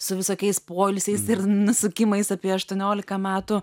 su visokiais poilsiais nusukimais apie aštuoniolika metų